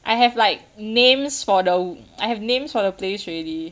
I have like names for the I have names for the place already